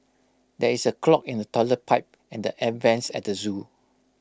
there is A clog in the Toilet Pipe and the air Vents at the Zoo